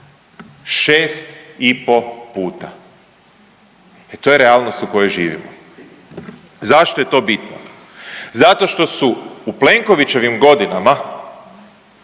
šest i po puta. I to je realnost u kojoj živimo. Zašto je to bitno? Zato što su u Plenkovićevim godinama